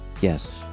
Yes